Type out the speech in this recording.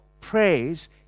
praise